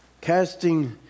casting